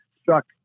struck